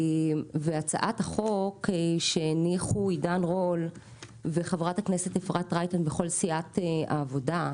והצעת החוק שהניחו עידן רול וחברת הכנסת אפרת רייטן בכל סיעת העבודה,